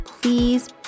please